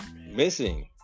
missing